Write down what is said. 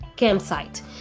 campsite